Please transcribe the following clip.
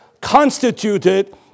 constituted